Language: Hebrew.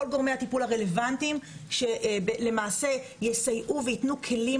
כל גורמי הטיפול הרלוונטיים שלמעשה יסייעו ויתנו כלים